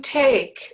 take